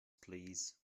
please